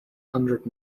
hundred